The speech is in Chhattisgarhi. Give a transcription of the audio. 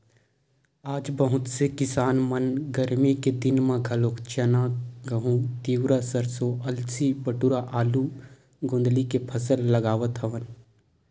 आज बहुत से किसान मन गरमी के दिन म घलोक चना, गहूँ, तिंवरा, सरसो, अलसी, बटुरा, आलू, गोंदली के फसल लगावत हवन